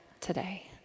today